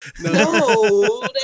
No